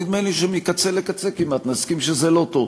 נדמה לי שמקצה לקצה כמעט נסכים שזה לא טוב.